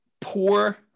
Poor